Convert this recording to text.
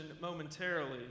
momentarily